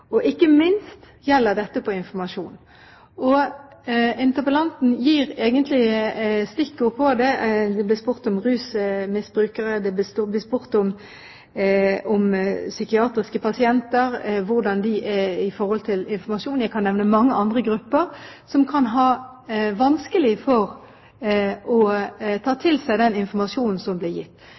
områder. Ikke minst gjelder dette informasjon. Interpellanten gir egentlig stikkord til det: Det ble spurt om rusmisbrukere, det ble spurt om psykiatriske pasienter, hvordan de forholder seg til informasjon. Jeg kan nevne mange andre grupper som kan ha vanskelig for å ta til seg den informasjonen som blir gitt.